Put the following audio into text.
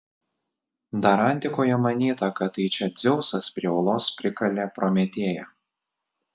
dar antikoje manyta kad tai čia dzeusas prie uolos prikalė prometėją